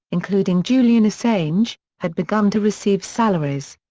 including julian assange, had begun to receive salaries.